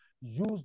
use